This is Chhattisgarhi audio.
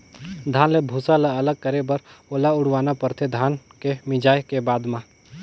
धान ले भूसा ल अलग करे बर ओला उड़वाना परथे धान के मिंजाए के बाद म